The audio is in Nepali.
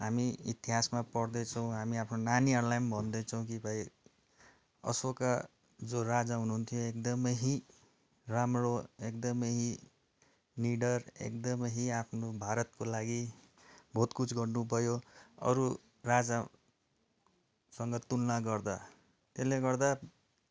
हामी इतिहासमा पढ्दैछौँ हामी आफ्नो नानीहरूलाई पनि भन्दैछौँ कि भाइ अशोका जो राजा हुनुहुन्थ्यो एकदमै राम्रो एकदमै निडर एकदमै आफ्नो भारतको लागि बहुत कुछ गर्नु भयो अरू राजासँग तुलना गर्दा त्यसले गर्दा